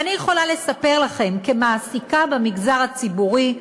ואני יכולה לספר לכם, כמעסיקה במגזר הציבורי,